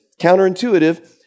counterintuitive